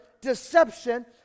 deception